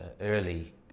early